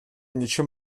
něčem